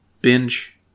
binge